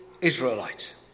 Israelite